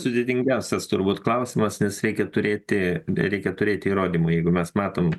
sudėtingiausias turbūt klausimas nes reikia turėti reikia turėti įrodymų jeigu mes matom